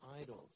idols